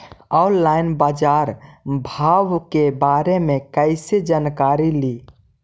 Online बाजार भाव के बारे मे कैसे जानकारी ली?